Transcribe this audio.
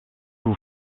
vous